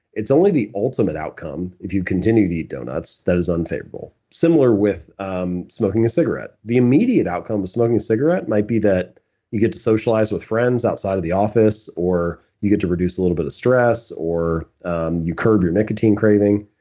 it's only the ultimate outcome if you continue to eat donuts that is unfavorable. similar with um smoking a cigarette. the immediate outcome of smoking a cigarette might be that you get to socialize with friends outside of the office or you get to reduce a little bit of stress or um you curve your nicotine craving.